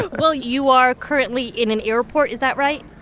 but well, you are currently in an airport. is that right?